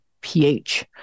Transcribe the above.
pH